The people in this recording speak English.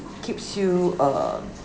keeps you uh